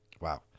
Wow